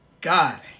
God